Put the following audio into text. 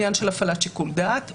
הפעלת שיקול דעת,